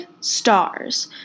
stars